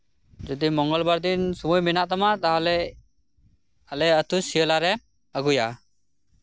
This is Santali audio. ᱡᱚᱫᱤ ᱢᱚᱝᱜᱚᱞᱵᱟᱨ ᱫᱤᱱ ᱥᱚᱢᱚᱭ ᱢᱮᱱᱟ ᱛᱟᱢᱟ ᱛᱟᱦᱞᱮ ᱟᱞᱮ ᱟᱹᱛᱩ ᱥᱤᱭᱟᱞᱟ ᱨᱮᱢ ᱟᱹᱜᱩᱭᱟ